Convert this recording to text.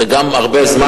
זה גם הרבה זמן,